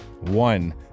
one